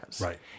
right